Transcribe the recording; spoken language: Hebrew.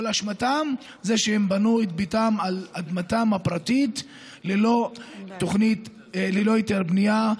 כל אשמתם זה שהם בנו את ביתם על אדמתם הפרטית ללא היתר בנייה,